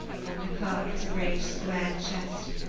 on the cart was a great square chest.